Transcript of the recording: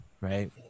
right